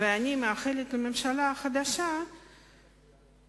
ואני מאחלת לממשלה החדשה הצלחה.